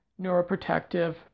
neuroprotective